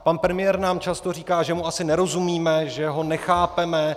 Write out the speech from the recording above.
Pan premiér nám často říká, že mu asi nerozumíme, že ho nechápeme.